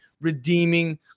redeeming